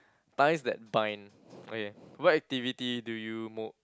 ties that bind okay what activity do you most